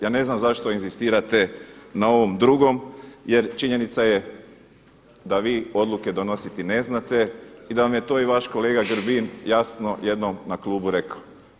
Ja ne znam zašto inzistirate na ovom drugom, jer činjenica je da vi odluke donositi ne znate i da vam je to i vaš kolega Grbin jasno jednom na klubu rekao.